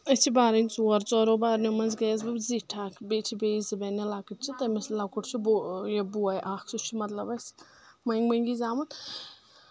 أسۍ چھِ بارٕنۍ ژور ژور ژورو بارنیو منٛز گٔیَس بہٕ زِٹھ اکھ بیٚیہِ چھِ بیٚیہِ زٕ بیٚنہِ لۄکٕٹ چھِ تٔمِس لۄکُٹ چھُ یہِ بوے اکھ سُہ چھُ مطلب اسہِ مٔنگۍ مٔنگی زامُت